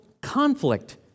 conflict